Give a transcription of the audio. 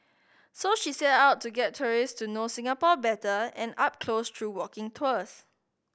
so she set out to get tourist to know Singapore better and up close through walking tours